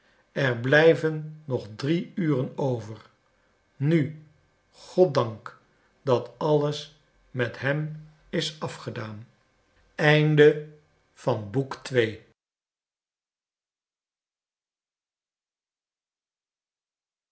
er blijven nog drie uren over nu goddank dat alles met hem is afgedaan